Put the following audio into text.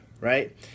right